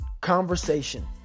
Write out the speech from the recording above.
conversation